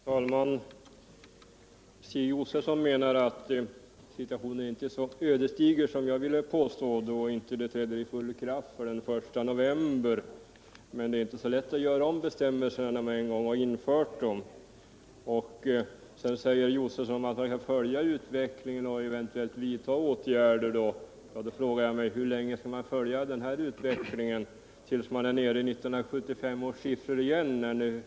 Herr talman! Stig Josefson menar att situationen inte är så ödesdiger som jag vill påstå, eftersom charterskatten inte träder i full kraft förrän den 1 november 1978. Men det är inte så lätt att göra om bestämmelserna, när man en gång infört dem. Vidare säger Stig Josefson att man kan följa utvecklingen och eventuellt vidta åtgärder. Då frågar jag: Hur länge skall man följa utvecklingen? Tills man åter är nere i 1975 års siffror?